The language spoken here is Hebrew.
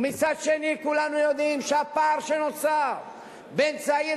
ומצד שני כולנו יודעים שהפער שנוצר בין צעיר